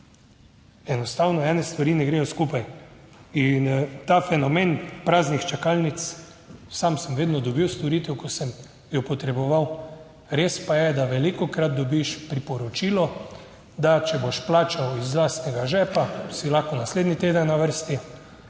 Enostavno ene stvari ne gredo skupaj. In ta fenomen praznih čakalnic, sam sem vedno dobil storitev, ko sem jo potreboval. Res pa je, da velikokrat dobiš priporočilo, da če boš plačal iz lastnega žepa, si lahko naslednji teden na vrsti.